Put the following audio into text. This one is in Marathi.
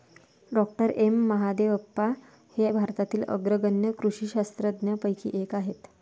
डॉ एम महादेवप्पा हे भारतातील अग्रगण्य कृषी शास्त्रज्ञांपैकी एक आहेत